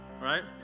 Right